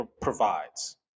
provides